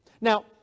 Now